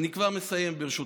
אני כבר מסיים, ברשותך.